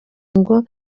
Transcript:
ngo